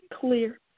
clear